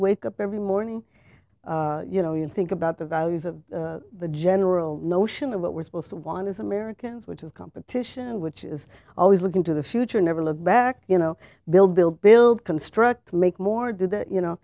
wake up every morning you know you think about the values of the general notion of what we're supposed to want as americans which is competition which is always looking to the future never look back you know build build build construct make more do that you